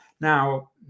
Now